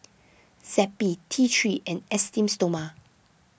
Zappy T three and Esteem Stoma